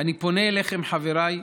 אני פונה אליכם, חבריי,